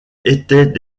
étaient